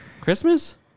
Christmas